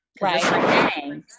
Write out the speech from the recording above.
Right